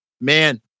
man